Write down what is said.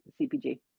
CPG